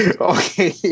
Okay